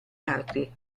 party